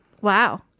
Wow